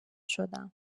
شدم